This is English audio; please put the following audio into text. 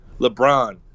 LeBron